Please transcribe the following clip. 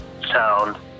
sound